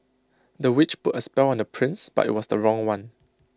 the witch put A spell on the prince but IT was the wrong one